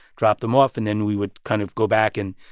dropped them off. and then we would kind of go back and,